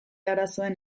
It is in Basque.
arazoen